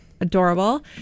Adorable